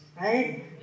Right